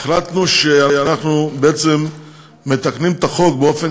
החלטנו שאנחנו בעצם מתקנים את החוק באופן